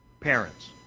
parents